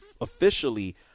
officially